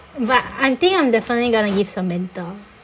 but I think I'm definitely gonna give samantha